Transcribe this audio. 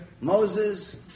Moses